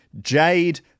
jade